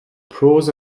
pros